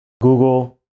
Google